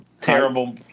terrible